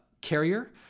carrier